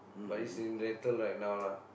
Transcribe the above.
but it's in rental right now lah